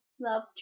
love